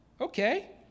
Okay